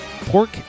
pork